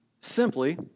Simply